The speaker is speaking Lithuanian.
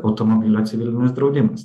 automobilio civilinis draudimas